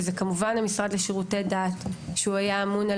וזה כמובן המשרד לשירותי דת שהיה אמון על